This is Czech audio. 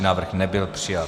Návrh nebyl přijat.